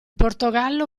portogallo